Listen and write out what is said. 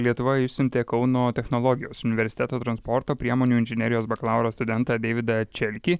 lietuva išsiuntė kauno technologijos universiteto transporto priemonių inžinerijos bakalauro studentą deividą čelkį